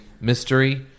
mystery